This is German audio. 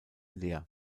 leer